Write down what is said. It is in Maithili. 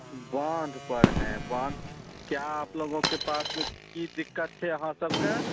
बान्ध पर हैं बान्ध क्या आपलोगोके पासमे की दिक्कत छै अहाँ सभके